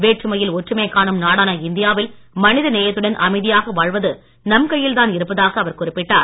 வேற்றுமையில் ஒற்றுமை காணும் நாடான இந்தியாவில் மனித நேயத்துடன் அமைதியாக வாழ்வது நம் கையில் தான் இருப்பதாக அவர் குறிப்பிட்டார்